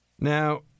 now